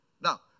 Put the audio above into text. Now